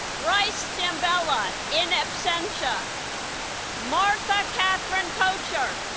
bryce ciambella in absentia martha kathryn coacher